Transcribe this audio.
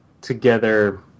together